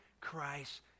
Christ